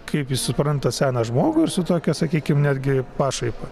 kaip jis supranta seną žmogų ir su tokia sakykim netgi pašaipa